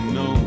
no